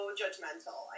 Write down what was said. judgmental